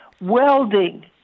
welding